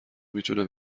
میتونه